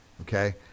okay